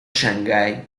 shanghai